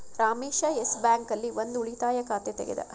Ramesh Yes Bank ಆಲ್ಲಿ ಒಂದ್ ಉಳಿತಾಯ ಖಾತೆ ತೆಗೆದ